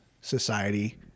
society